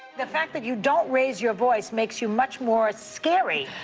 the fact that you don't raise your voice makes you much more scary.